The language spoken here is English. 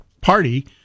party